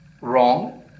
wrong